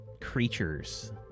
creatures